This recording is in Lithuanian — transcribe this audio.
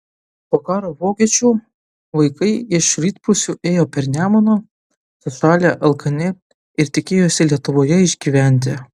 po karo vokiečių vaikai iš rytprūsių ėjo per nemuną sušalę alkani ir tikėjosi lietuvoje išgyventi